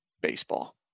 Baseball